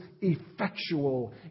effectual